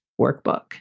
workbook